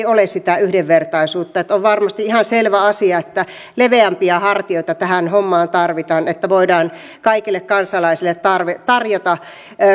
ole sitä yhdenvertaisuutta on varmasti ihan selvä asia että leveämpiä hartioita tähän hommaan tarvitaan että voidaan kaikille kansalaisille tarjota